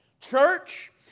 church